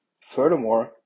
Furthermore